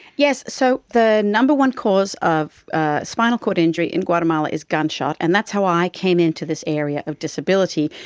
yes, so the number one cause of ah spinal cord injury in guatemala is gunshot, and that's how i came into this area of disability,